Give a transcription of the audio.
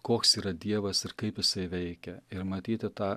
koks yra dievas ir kaip jisai veikia ir matyti tą